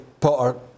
Potter